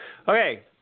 Okay